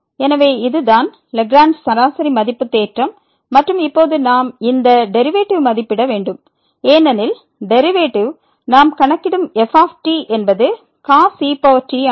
எனவே இதுதான் லாக்ரேஞ்ச் சராசரி மதிப்பு தேற்றம் மற்றும் இப்போது நாம் இந்த டெரிவேட்டிவ் மதிப்பிட வேண்டும் ஏனெனில் டெரிவேட்டிவ் நாம் கணக்கிடும் f என்பது cos et ஆகும்